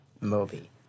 Moby